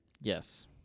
Yes